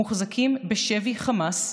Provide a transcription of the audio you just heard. מוחזקים בשבי חמאס,